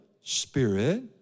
spirit